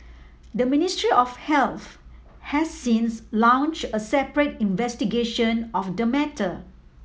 the Ministry of Health has since launch a separate investigation of the matter